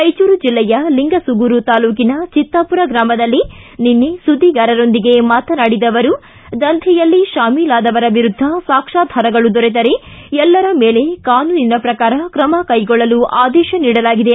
ರಾಯಚೂರು ಜಿಲ್ಲೆಯ ಲಿಂಗಸೂಗೂರು ತಾಲೂಕಿನ ಚಿತ್ತಾಪುರ ಗ್ರಾಮದಲ್ಲಿ ನಿನ್ನೆ ಸುದ್ದಿಗಾರರೊಂದಿಗೆ ಮಾತನಾಡಿದ ಅವರು ದಂಧೆಯಲ್ಲಿ ಶಾಮಿಲಾದವರ ವಿರುದ್ಧ ಸಾಕ್ಷಾಧಾರಗಳು ದೊರೆತರೆ ಎಲ್ಲರ ಮೇಲೆ ಕಾನೂನಿನ ಪ್ರಕಾರ ಕ್ರಮ ಕ್ಟೆಗೊಳ್ಳಲು ಆದೇಶ ನೀಡಲಾಗಿದೆ